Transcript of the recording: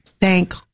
thank